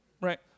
right